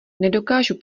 nedokážu